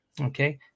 okay